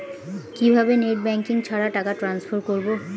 কিভাবে net banking ছাড়া টাকা টান্সফার করব?